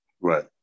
Right